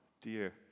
dear